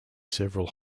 several